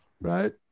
right